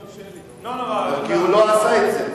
כי הוא לא עשה את זה.